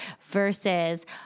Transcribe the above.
versus